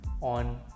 on